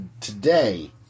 today